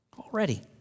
already